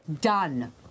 Done